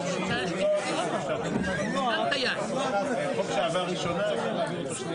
תיקונים לחוק הזה כאשר האחד הוא עצם ההכרה באחים השכולים כישות